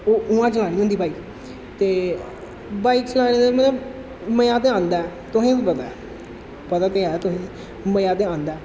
ओह् उ'आं चलानी होंदी बाइक ते बाइक चलाने दा मतलब मजा ते औंदा ऐ तुसें गी बी पता ऐ पता ते है तुसें गी मजा ते औंदा ऐ